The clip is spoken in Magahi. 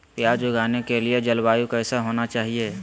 प्याज उगाने के लिए जलवायु कैसा होना चाहिए?